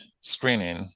screening